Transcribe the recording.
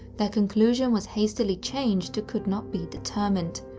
their conclusion was hastily changed to could not be determined.